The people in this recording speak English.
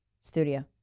studio